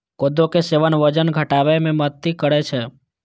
कोदो के सेवन वजन घटाबै मे मदति करै छै